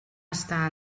estar